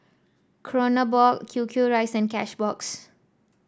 Kronenbourg Q Q rice and Cashbox